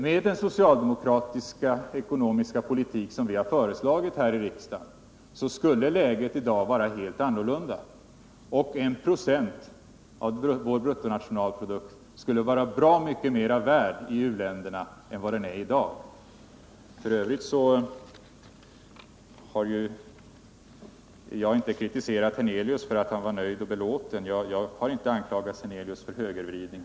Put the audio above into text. Hade man fört den ekonomiska politik som vi socialdemokrater har föreslagit här i riksdagen skulle läget i dag ha varit helt annorlunda, och 1 96 av vår bruttonationalprodukt skulle vara bra mycket mer värt i u-länderna än det är i dag. F. ö. har jag inte kritiserat herr Hernelius för att han var nöjd och belåten. Jag har inte heller anklagat herr Hernelius för högervridning.